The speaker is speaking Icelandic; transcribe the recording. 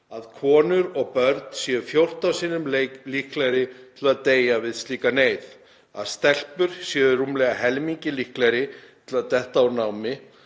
að konur og börn séu fjórtán sinnum líklegri til að deyja við slíka neyð; að stelpur séu rúmlega helmingi líklegri til að detta úr námi;